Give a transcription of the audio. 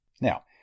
Now